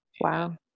wow